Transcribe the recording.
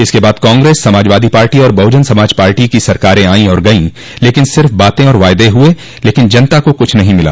इसके बाद कॉग्रेस समाजवादी पार्टी और बहुजन समाज पार्टी की सरकारें आई और गई लेकिन सिर्फ बातें और वायदे हुए लेकिन जनता को क्छ नहीं मिला